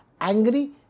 angry